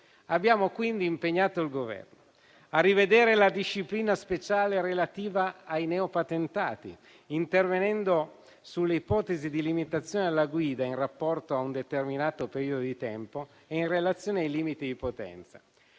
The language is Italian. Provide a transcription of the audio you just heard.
Abbiamo quindi impegnato il Governo a rivedere la disciplina speciale relativa ai neopatentati, intervenendo sulle ipotesi di limitazione alla guida in rapporto a un determinato periodo di tempo e in relazione ai limiti di potenza.